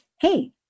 hey